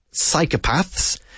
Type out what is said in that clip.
psychopaths